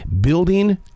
Building